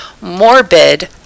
Morbid